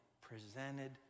presented